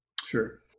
Sure